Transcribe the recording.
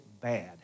bad